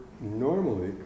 normally